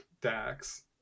Dax